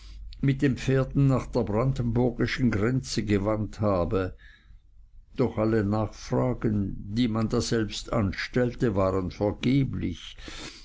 mit den pferden nach der brandenburgischen grenze gewandt habe doch alle nachfragen die man daselbst anstellte waren vergeblich